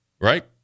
Right